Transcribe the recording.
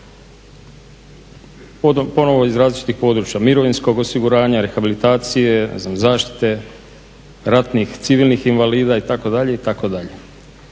ponovno iz različitih područja mirovinskog osiguranja, rehabilitacije, zaštite ratnih i civilnih invalida itd., itd.